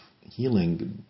healing